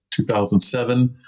2007